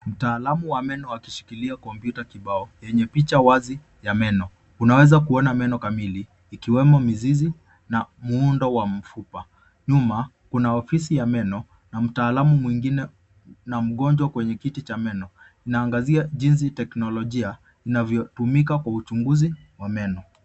Mtaalamu wa meno akishikilia komputa kibao yenye picha wazi ya meno unaweza kuona meno kamili ikiwemo mizizi na muundo wa mfupa. Nyuma kuna ofisi ya meno na mtaalumu mwingine na mgonjwa kwenye kiti cha meno inaangazia jinsi teknolojia inavyotumika kwa uchunguzi wa meno.